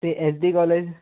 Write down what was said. ਤੇ S D college